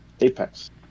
Apex